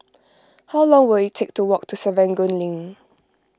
how long will it take to walk to Serangoon Link